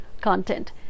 content